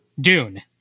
Dune